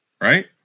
right